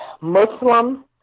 Muslim